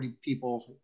people